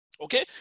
okay